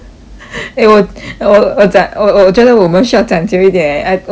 eh 我我我讲我我我觉得我们需要讲久一点 eh I 我觉得 hor